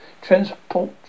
transport